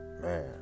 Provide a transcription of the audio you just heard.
Man